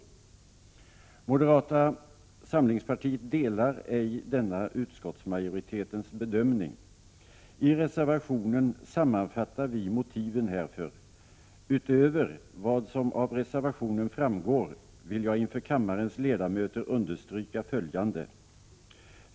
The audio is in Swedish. Moderata samlingspartiet delar ej denna utskottsmajoritetens bedömning. I reservationen sammanfattar vi motiven härför. Utöver vad som framgår av reservationen vill jag inför kammarens ledamöter understryka följande.